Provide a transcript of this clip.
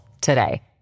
today